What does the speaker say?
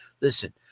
Listen